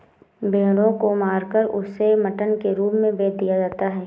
भेड़ों को मारकर उसे मटन के रूप में बेच दिया जाता है